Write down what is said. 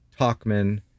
Talkman